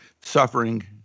suffering